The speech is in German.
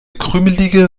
krümelige